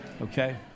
okay